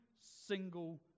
single